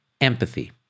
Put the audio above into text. empathy